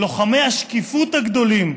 לוחמי השקיפות הגדולים,